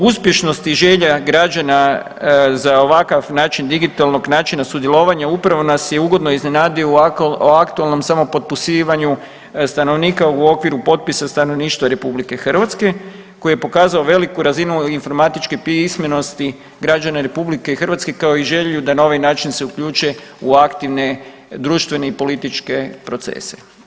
Uspješnost i želja građana za ovakav način digitalnog načina sudjelovanja upravo nas je ugodno iznenadio u aktualnom samo potpisivanju stanovnika u okviru popisa stanovništva RH koji je pokazao veliku razinu informatičke pismenosti građana RH kao i želju da na ovaj način se uključe u aktivne društvene i političke procese.